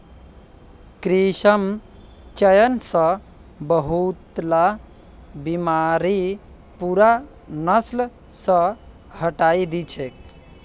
कृत्रिम चयन स बहुतला बीमारि पूरा नस्ल स हटई दी छेक